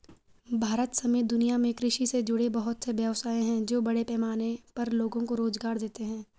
भारत समेत दुनिया में कृषि से जुड़े बहुत से व्यवसाय हैं जो बड़े पैमाने पर लोगो को रोज़गार देते हैं